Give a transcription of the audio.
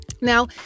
Now